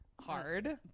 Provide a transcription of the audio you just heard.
hard